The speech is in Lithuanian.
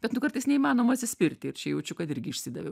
bet nu kartais neįmanoma atsispirti ir čia jaučiu kad irgi išsidaviau